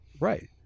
Right